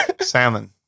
salmon